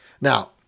Now